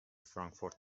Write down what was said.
فرانکفورت